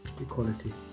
equality